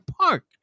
park